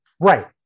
right